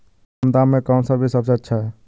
कम दाम में कौन सा बीज सबसे अच्छा है?